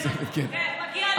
זה נכון, מגיע לך.